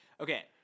okay